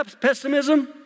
pessimism